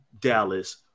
Dallas